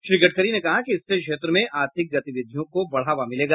श्री गडकरी ने कहा कि इससे क्षेत्र में आर्थिक गतिविधियों को बढ़ावा मिलेगा